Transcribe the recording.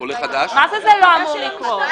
מה זה לא אמור לקרות?